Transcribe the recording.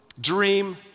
dream